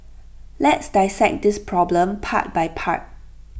let's dissect this problem part by part